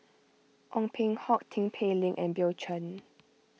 Ong Peng Hock Tin Pei Ling and Bill Chen